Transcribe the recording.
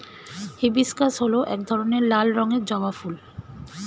hibiscus হল এক ধরনের লাল রঙের জবা ফুল